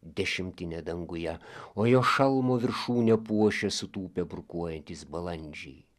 dešimtinę danguje o jo šalmo viršūnę puošė sutūpę burkuojantys balandžiai